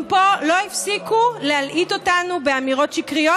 גם פה לא הפסיקו להלעיט אותנו באמירות שקריות.